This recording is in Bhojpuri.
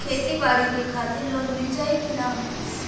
खेती बाडी के खातिर लोन मिल जाई किना?